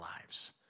lives